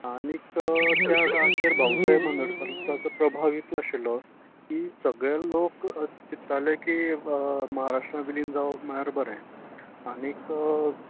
आनीक त्या वेळाचेर भाऊ सहेब बांडोडकरांचो प्रभाव इतलो आशिल्लो की सगळें लोक चित्तालें की म्हाराष्ट्रान विलीन जावप म्हळ्यार बरें आनीक